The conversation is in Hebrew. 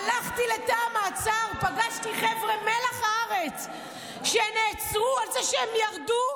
הלכתי לתא המעצר ופגשתי חבר'ה מלח הארץ שנעצרו על זה שהם ירדו,